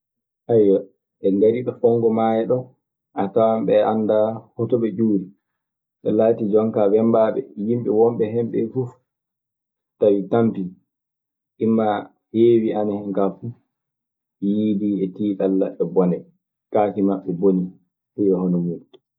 ɓe ngari ɗo fonngo maayo ɗoo. A tawan ɓe anndaa hoto ɓe ƴuwri, ɓe laati jonkaa ɓe wemmbaaɓe. Yimɓe wommɓe hen ɓe fuu tawi tampii. Imma tawi ko heewi ana hen kaa fuu yiidii e tiiɗalla e bonde. Kaaki maɓɓe boni ɗum e hono muuɗum.